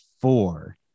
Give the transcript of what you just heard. four